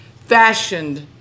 fashioned